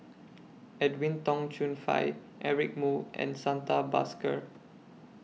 Edwin Tong Chun Fai Eric Moo and Santha Bhaskar